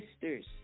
sisters